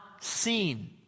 seen